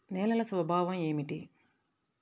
నేలల స్వభావం ఏమిటీ?